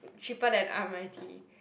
cheaper than r_m_i_t